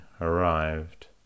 arrived